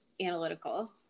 analytical